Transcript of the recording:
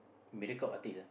Mediacorp artist ah